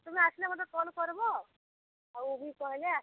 ତମେ ଆସିଲା ମୋତେ କଲ୍ କର୍ବ ଆଉ ବି କହିଲେ ଆସ୍ବ